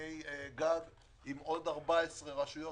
והסכמי גג עם עוד 14 רשויות,